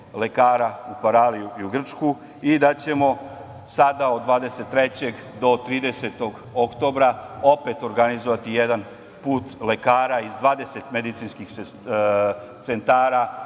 lekara u Paraliju i u Grčku i da ćemo sada od 23. do 30. oktobra opet organizovati jedan put lekara iz 20 medicinskih centara